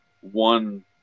one